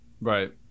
Right